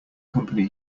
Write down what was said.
company